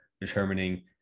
determining